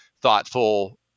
thoughtful